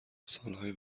سالهای